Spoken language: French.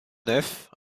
nefs